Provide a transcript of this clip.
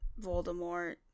Voldemort